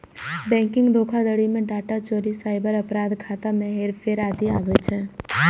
banking धोखाधड़ी मे data चोरी, साइबर अपराध, खाता मे हेरफेर आदि आबै छै